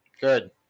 Good